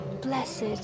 Blessed